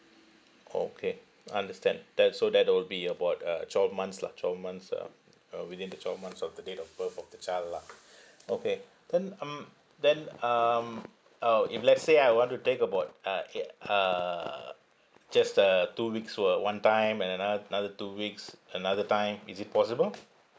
okay understand that so that will be about uh twelve months lah twelve months um uh within the twelve months of the date of birth of the child lah okay then um then um uh if let's say I want to take about uh ei~ uh just uh two weeks w~ uh one time and another another two weeks another time is it possible